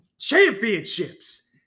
Championships